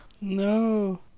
No